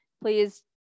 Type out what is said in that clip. Please